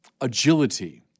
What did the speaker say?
agility